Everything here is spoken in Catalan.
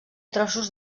trossos